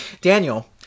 daniel